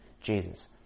Jesus